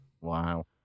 Wow